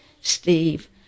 Steve